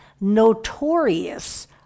Notorious